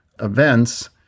events